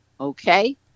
Okay